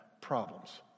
problems